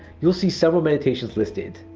you'll see several meditations listed.